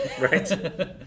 Right